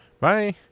Bye